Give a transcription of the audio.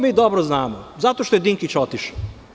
Mi to dobro znamo, zato što je Dinkić otišao.